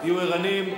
תהיו ערניים.